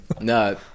No